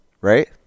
Right